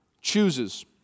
chooses